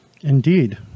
Indeed